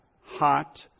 hot